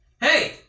Hey